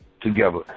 together